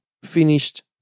Finished